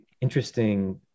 interesting